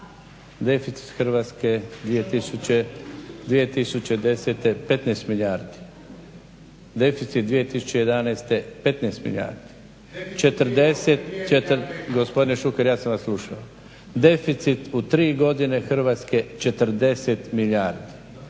deficit Hrvatske 2010., 15 milijardi deficit 2011. 15 milijardi… … /Upadica se ne razumije./… Gospodine Šuker ja sam vas slušao. Deficit u tri godine Hrvatske 40 milijardi.